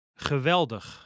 Geweldig